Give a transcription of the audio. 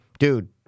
Dude